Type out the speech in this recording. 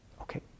okay